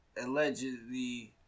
allegedly